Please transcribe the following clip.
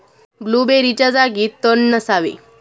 ब्लूबेरीच्या जागी तण नसावे